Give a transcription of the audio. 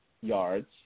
yards